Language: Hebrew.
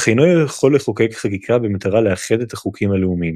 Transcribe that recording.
אך אינו יכול לחוקק חקיקה במטרה לאחד את החוקים הלאומיים.